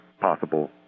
possible